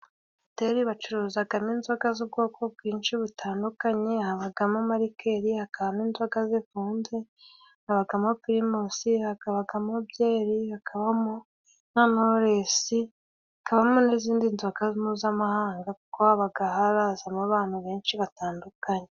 Hoteri bacuruzamo inzoga z'ubwoko bwinshi butandukanye, habamo amarikeri hakabamo inzoga zifunze, habamo primusi hakabamo byeri hakabamo na nowuresi, hakabamo n'izindi nzoga mpuzamahanga, kuko haba harazamo abantu benshi batandukanye.